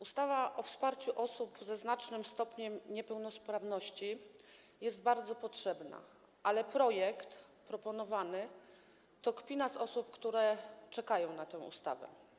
Ustawa o wsparciu osób ze znacznym stopniem niepełnosprawności jest bardzo potrzebna, ale proponowany projekt to kpina z osób, które czekają na tę ustawę.